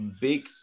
big